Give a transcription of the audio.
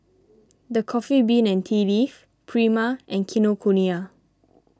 the Coffee Bean and Tea Leaf Prima and Kinokuniya